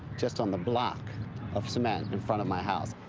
just on the block of cement in front of my house.